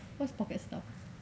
what's pocket stuff